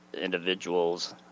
individuals